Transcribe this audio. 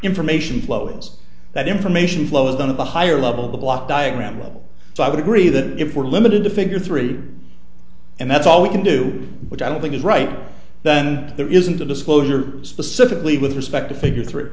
information flows that information flows down to the higher level of the block diagram level so i would agree that if we're limited to figure three and that's all we can do which i don't think is right then and there isn't a disclosure specifically with respect to figure three